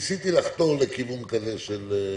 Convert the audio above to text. שניסיתי לחתור לכיוון כזה של הבנות,